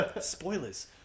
Spoilers